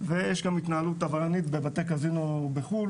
ויש גם התנהלות עבריינית בבתי קזינו בחו"ל